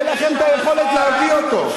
אולי נשלח, אין לכם יכולת להביא אותו.